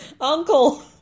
Uncle